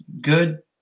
good